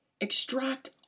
Extract